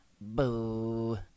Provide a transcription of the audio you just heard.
Boo